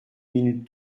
minute